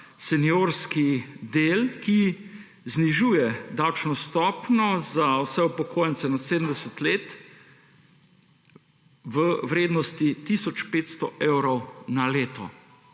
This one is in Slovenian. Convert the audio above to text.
seniorski del, ki znižuje davčno stopnjo za vse upokojence nad 70 let, v vrednosti tisoč 500 evrov na leto.